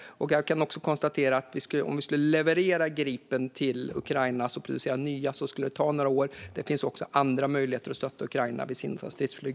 Jag kan också konstatera att det skulle ta några år att producera nya Gripen om vi skulle skicka plan till Ukraina. Det finns andra sätt att stötta Ukraina än med stridsflyg.